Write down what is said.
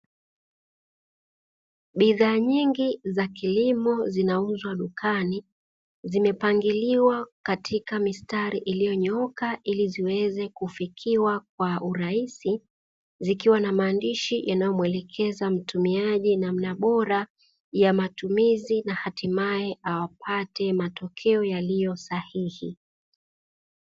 Bidhaa nyingi za kilimo zinauzwa dukani, zimepangiliwa katika mistari iliyonyooka ili ziweze kufikiwa kwa urahisi, zikiwa na maandishi yanayomwelekeza mtumiaji namna bora ya matumizi, na hatimaye awapate matokeo yaliyo sahihi.